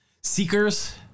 seekers